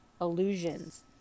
illusions